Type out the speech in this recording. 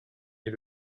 est